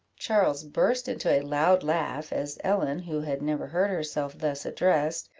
charles burst into a loud laugh, as ellen, who had never heard herself thus addressed,